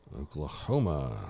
Oklahoma